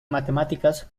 matemáticas